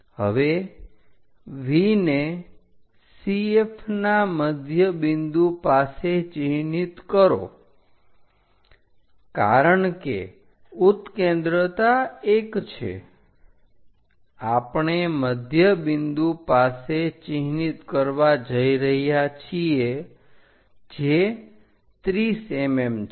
હવે V ને CF ના મધ્યબિંદુ પાસે ચિહ્નિત કરો કારણ કે ઉત્કેન્દ્રતા 1 છે આપણે મધ્યબિંદુ પાસે ચિહ્નિત કરવા જઈ રહ્યા છીએ જે 30 mm છે